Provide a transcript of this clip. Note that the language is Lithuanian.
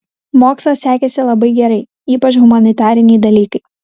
mokslas sekėsi labai gerai ypač humanitariniai dalykai